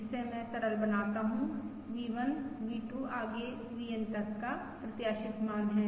जिसे मैं सरल बनाता हूँ V1 V2 आगे VN तक का प्रत्याशित मान है